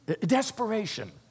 desperation